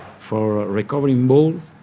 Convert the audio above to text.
for recovering balls,